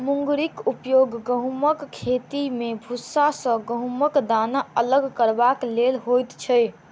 मुंगरीक उपयोग गहुमक खेती मे भूसा सॅ गहुमक दाना अलग करबाक लेल होइत छै